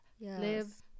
live